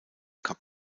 cap